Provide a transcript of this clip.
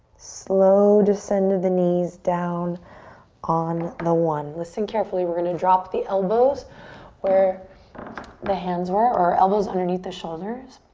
slow, descend of the knees down on the one. listen carefully, we're gonna drop the elbows where the hands were or elbows underneath the shoulders.